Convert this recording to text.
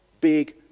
big